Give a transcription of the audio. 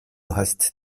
hast